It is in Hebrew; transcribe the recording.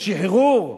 בשחרור,